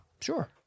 Sure